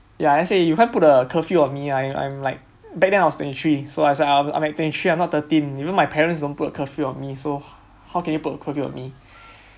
ya let's say you can't put a curfew on me I‘m I‘m like back then I was twenty three so I'm like twenty three I'm not thirteen even my parents don't put a curfew on me so how can you put a curfew on me